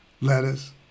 lettuce